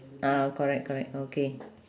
ah correct correct okay